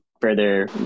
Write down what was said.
further